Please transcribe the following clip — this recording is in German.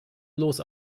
los